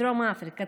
דרום אפריקה,